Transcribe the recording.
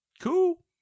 Cool